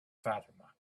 fatima